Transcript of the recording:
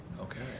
Okay